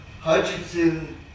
Hutchinson